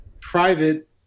private